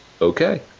okay